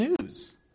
news